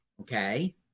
Okay